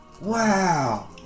Wow